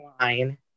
line